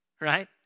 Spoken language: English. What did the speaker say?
Right